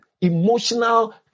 Emotional